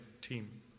team